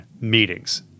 meetings